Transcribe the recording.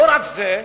לא רק זה,